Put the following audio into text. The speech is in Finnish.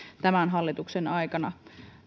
tämän hallituksen aikana